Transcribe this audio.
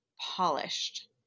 polished